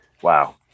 Wow